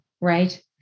Right